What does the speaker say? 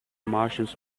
martians